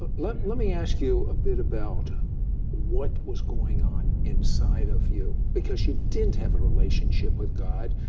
ah let let me ask you a bit about what was going on inside of you, because you didn't have a relationship with god,